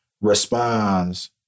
responds